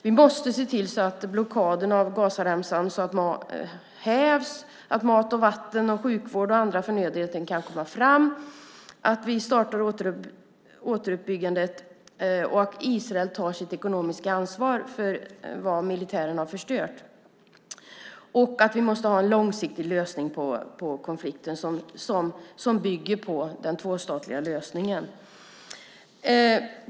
Vi måste se till att blockaden av Gazaremsan hävs, så att mat, vatten, sjukvård och andra förnödenheter kan komma fram, att vi startar återuppbyggandet och att Israel tar sitt ekonomiska ansvar för det som militären har förstört. Vi måste ha en långsiktig lösning på konflikten som bygger på den tvåstatliga lösningen.